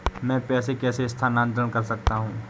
मैं पैसे कैसे स्थानांतरण कर सकता हूँ?